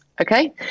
okay